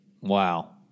Wow